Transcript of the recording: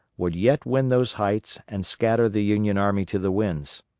would yet win those heights and scatter the union army to the winds.